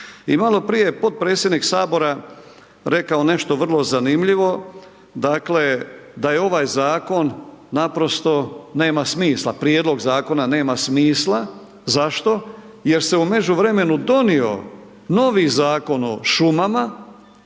I malo prije je potpredsjednik Sabora, rekao nešto vrlo zanimljivo, dakle, da je ovaj zakon naprosto nema smisla, prijedlog Zakona nema smisla, zašto? Jer se u međuvremenu donio novi Zakon o šumama,